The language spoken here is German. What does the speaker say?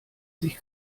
sich